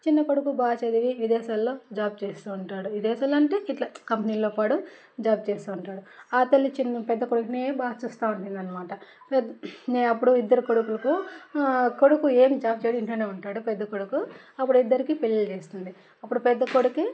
చిన్న కొడుకు బాగా చదివి విదేశాల్లో జాబ్ చేస్తూ ఉంటాడు విదేశాల్లో అంటే ఇలా కంపెనీలో పోవడం జాబ్ చేస్తూ ఉంటాడు ఆ తల్లి చిన్న పెద్ద కొడుకునే చూస్తూ ఉంటుంది అన్నమాట అప్పుడు ఇద్దరు కొడుకులకు కొడుకు ఏం జాబ్ చేయడు ఇంట్లోనే ఉంటాడు పెద్ద కొడుకు అప్పుడు ఇద్దరికి పెళ్ళిళ్ళు చేస్తుంది అప్పుడు పెద్ద కొడుకుకి